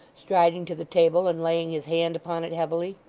striding to the table, and laying his hand upon it heavily.